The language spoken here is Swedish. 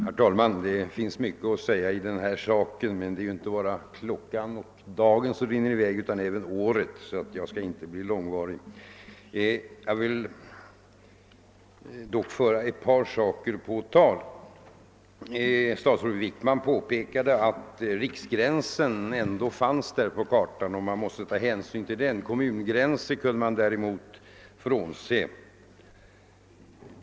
Herr talman! Det finns mycket att säga i denna fråga, men det är ju inte bara klockan och dagen som rinner i väg utan även året, så jag skall inte bli långrandig. Jag vill dock föra ett par saker på tal. Statsrådet Wickman påpekade att riksgränsen ändå finns på kartan och att man måste ta hänsyn till den. Kommungränser kunde man däremot se bort från.